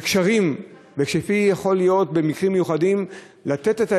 ויכול להיות שבמקרים מיוחדים תינתן